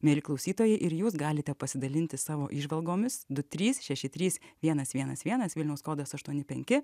mieli klausytojai ir jūs galite pasidalinti savo įžvalgomis du trys šeši trys vienas vienas vienas vilniaus kodas aštuoni penki